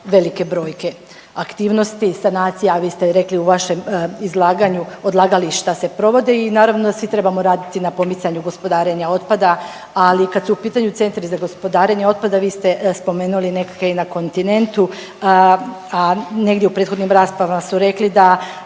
velike brojke. Aktivnosti, sanacija, a vi ste rekli u vašem izlaganju odlagališta se provode i naravno da svi trebamo raditi na pomicanju gospodarenja otpada, ali kad su u pitanju centri za gospodarenje otpada vi ste spomenuli neke i na kontinentu, a negdje u prethodnim raspravama su rekli da